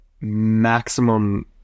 maximum